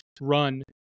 run